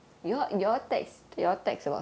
hmm